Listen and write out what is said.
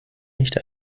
nicht